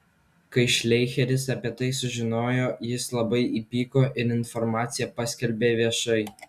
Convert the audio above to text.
kai šleicheris apie tai sužinojo jis labai įpyko ir informaciją paskelbė viešai